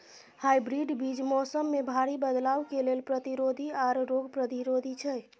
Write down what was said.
hybrid बीज मौसम में भारी बदलाव के लेल प्रतिरोधी आर रोग प्रतिरोधी छै